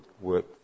work